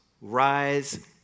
rise